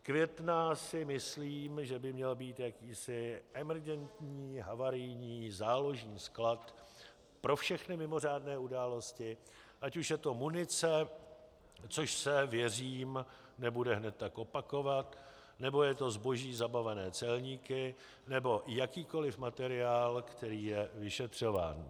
Květná, si myslím, že by měla být jakýsi emergentní, havarijní, záložní sklad pro všechny mimořádné události, ať už je to munice, což se, věřím, nebude hned tak opakovat, nebo je to zboží zabavené celníky nebo jakýkoliv materiál, který je vyšetřován.